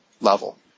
level